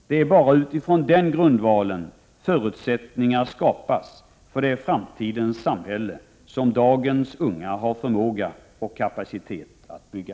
Det är utifrån den grundvalen förutsättningar skapas för det framtidens samhälle som dagens unga har förmåga och kapacitet att bygga.